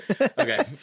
Okay